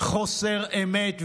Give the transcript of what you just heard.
חוסר אמת.